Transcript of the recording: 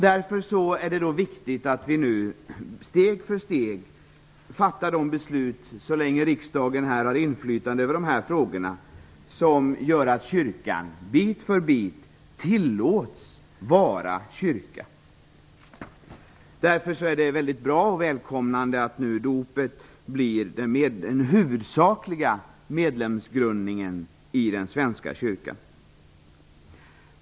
Därför är det viktigt att vi nu steg för steg, så länge som riksdagen har inflytande över de här frågorna, fattar de beslut som gör att kyrkan bit för bit tillåts vara kyrka. Därför är det väldigt bra och välkommet att dopet nu blir den huvudsakliga medlemsgrunden i den svenska kyrkan.